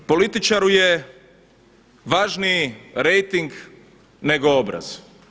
Političaru je važniji rejting nego obraz.